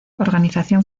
organización